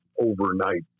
overnight